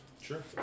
sure